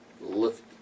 Lift